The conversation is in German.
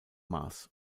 maß